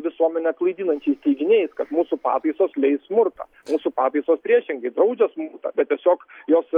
visuomenę klaidinančiais teiginiais kad mūsų pataisos leis smurtą mūsų pataisos priešingai draudžia smurtą bet tiesiog jos